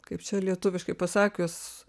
kaip čia lietuviškai pasakius